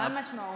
מה המשמעות?